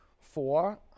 four